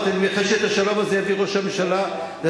אני אמרתי: אני מייחל שאת השלום הזה יביא ראש הממשלה נתניהו,